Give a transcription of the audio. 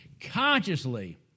Consciously